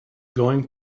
going